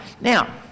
Now